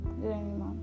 grandma